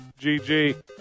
GG